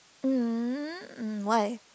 mm um why